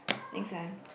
next one